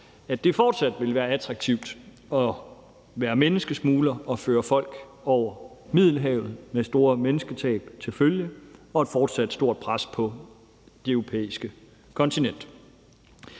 at det fortsat vil være attraktivt at være menneskesmugler og føre folk over Middelhavet med store mennesketab til følge og et fortsat stort pres på det europæiske kontinent.